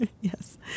Yes